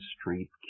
Street